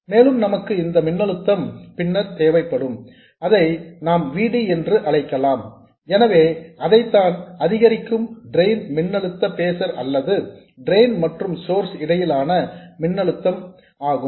மேலும் நமக்கு இந்த மின்னழுத்தம் பின்னர் தேவைப்படும் அதை நாம் V D என்று அழைக்கலாம் எனவே அதுதான் அதிகரிக்கும் டிரெயின் மின்னழுத்த பேசர் அல்லது டிரெயின் மற்றும் சோர்ஸ் இடையிலான மின்னழுத்தம் ஆகும்